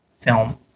film